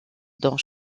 dans